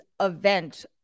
event